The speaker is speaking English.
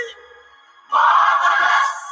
Marvelous